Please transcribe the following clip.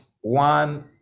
one